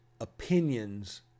opinions